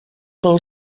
pel